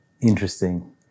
Interesting